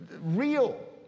real